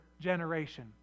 generation